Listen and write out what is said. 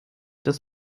das